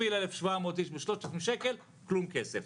תכפיל 1,700 איש ב-3,000 שקל, כלום כסף.